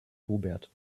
hubert